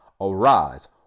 Arise